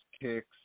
kicks